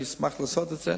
אני אשמח לעשות את זה.